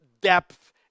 depth